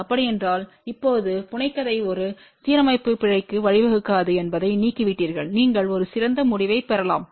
அப்படியென்றால் இப்போது புனைகதை ஒரு சீரமைப்பு பிழைக்கு வழிவகுக்காது என்பதை நீக்கிவிட்டீர்கள் நீங்கள் ஒரு சிறந்த முடிவைப் பெறலாம்